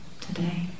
today